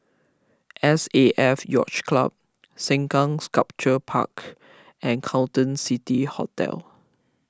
S A F Yacht Club Sengkang Sculpture Park and Carlton City Hotel